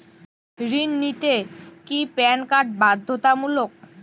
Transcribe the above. ঋণ নিতে কি প্যান কার্ড বাধ্যতামূলক?